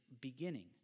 beginning